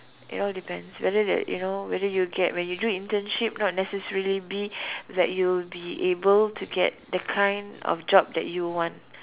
it all depends whether that you know whether you get when you do internship not necessary be that you be able to get the kind of job that you want